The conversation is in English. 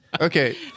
Okay